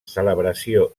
celebració